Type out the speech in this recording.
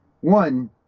one